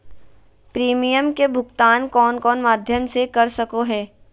Premium के भुक्तान कौन कौन माध्यम से कर सको है?